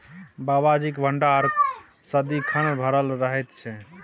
बाबाजीक भंडार सदिखन भरल रहैत छै